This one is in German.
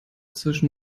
zwischen